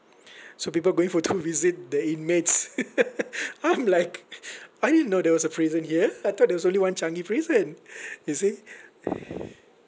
so people going for to visit the inmates I'm like I didn't know there was a prison here I thought there was only one changi prison you see